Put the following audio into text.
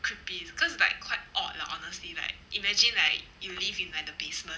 creepy it's cause like quite odd lah honesty like imagine like you live in like the basement